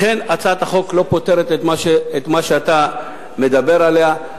לכן, הצעת החוק לא פותרת את מה שאתה מדבר עליו.